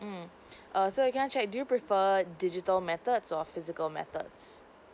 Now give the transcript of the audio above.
mm err so can I check do you prefer digital methods or physical methods